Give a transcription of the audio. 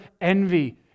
envy